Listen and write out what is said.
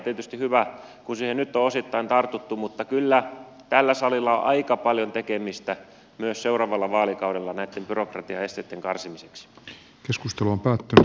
tietysti hyvä kun siihen nyt on osittain tartuttu mutta kyllä tällä salilla on aika paljon tekemistä myös seuraavalla vaalikaudella näitten byrokratiaesteitten karsimiseksi keskustelun päätyttyä